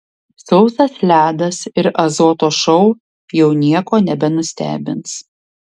sausas ledas ir azoto šou jau nieko nebenustebins